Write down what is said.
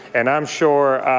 and i'm sure